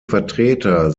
vertreter